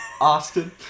Austin